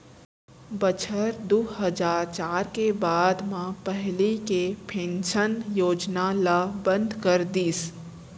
बछर दू हजार चार के बाद म पहिली के पेंसन योजना ल बंद कर दिस